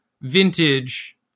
vintage